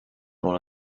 one